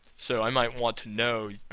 so, i might want to know, yeah